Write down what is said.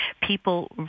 people